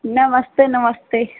नमस्ते नमस्ते